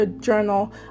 journal